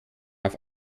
auf